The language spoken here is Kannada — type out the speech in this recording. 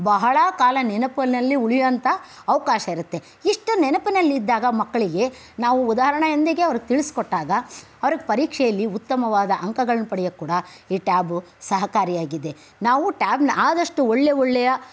ಬಹಳ ಕಾಲ ನೆನಪಿನಲ್ಲಿ ಉಳಿಯುವಂಥ ಅವಕಾಶ ಇರುತ್ತೆ ಇಷ್ಟು ನೆನಪಿನಲ್ಲಿದ್ದಾಗ ಮಕ್ಕಳಿಗೆ ನಾವು ಉದಾಹರಣೆಯೊಂದಿಗೆ ಅವ್ರಿಗೆ ತಿಳಿಸಿಕೊಟ್ಟಾಗ ಅವ್ರಿಗೆ ಪರೀಕ್ಷೆಯಲ್ಲಿ ಉತ್ತಮವಾದ ಅಂಕಗಳನ್ನು ಪಡ್ಯೋದು ಕೂಡ ಈ ಟ್ಯಾಬ್ ಸಹಕಾರಿಯಾಗಿದೆ ನಾವು ಟ್ಯಾಬ್ನ ಆದಷ್ಟು ಒಳ್ಳೆ ಒಳ್ಳೆಯ